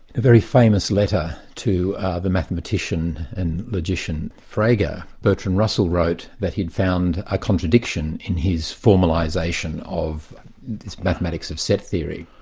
a very famous letter to the mathematician and logician, frege, and bertrand russell wrote that he'd found a contradiction in his formalisation of this mathematics of set theory.